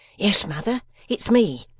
yes, mother, it's me